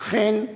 אכן,